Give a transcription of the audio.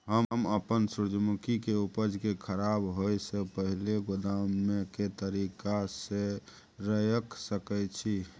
हम अपन सूर्यमुखी के उपज के खराब होयसे पहिले गोदाम में के तरीका से रयख सके छी?